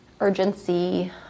urgency